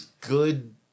good